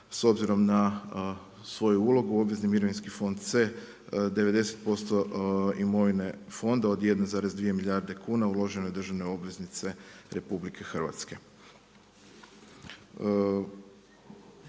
s obzirom na svoju ulogu, obvezni mirovinski fond C, 90% imovine fonda od 1,2 milijarde kuna uloženo je u državne obveznice RH. Što se